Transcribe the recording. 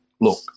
look